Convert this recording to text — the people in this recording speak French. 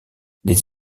les